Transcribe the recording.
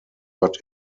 but